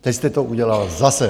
Teď jste to udělal zase!